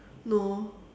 no